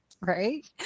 Right